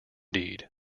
deed